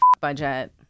budget